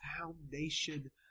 foundation